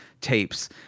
tapes